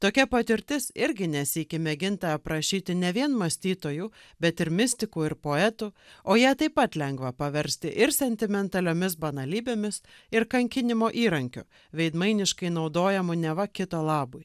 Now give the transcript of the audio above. tokia patirtis irgi ne sykį mėginta aprašyti ne vien mąstytojų bet ir mistikų ir poetų o ją taip pat lengva paversti ir sentimentaliomis banalybėmis ir kankinimo įrankiu veidmainiškai naudojamu neva kito labui